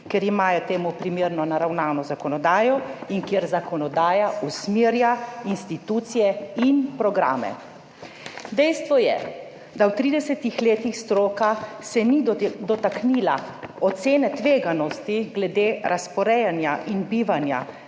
ker imajo temu primerno naravnano zakonodajo, kjer zakonodaja usmerja institucije in programe. Dejstvo je, da se v 30 letih stroka ni dotaknila ocene tveganosti glede razporejanja in bivanja